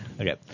Okay